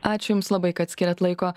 ačiū jums labai kad skyrėt laiko